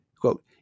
Quote